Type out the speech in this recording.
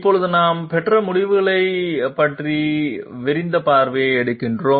இப்போது நாம் பெற்ற முடிவுகளைப் பற்றி உலகளாவிய பார்வை எடுக்கிறோம்